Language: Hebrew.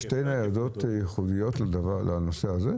יש שתי ניידות ייחודיות לדבר הזה?